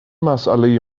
مساله